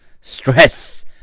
Stress